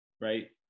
right